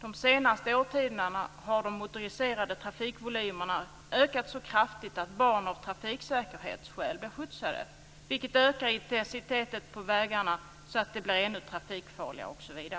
De senaste årtiondena har de motoriserade trafikvolymerna ökat så kraftigt att barn av trafiksäkerhetsskäl blir skjutsade, vilket ökar intensiteten på vägarna så att de blir ännu mer trafikfarliga osv.